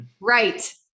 Right